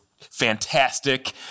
fantastic